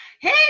Hey